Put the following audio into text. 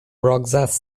roxas